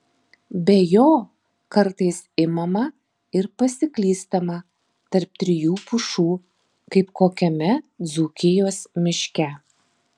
be jo kartais imama ir pasiklystama tarp trijų pušų kaip kokiame dzūkijos miške